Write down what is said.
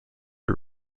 are